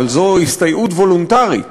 אבל זו הסתייעות וולונטרית,